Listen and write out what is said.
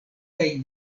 kaj